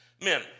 Men